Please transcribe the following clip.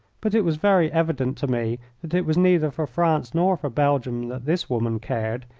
but it was very evident to me that it was neither for france nor for belgium that this woman cared,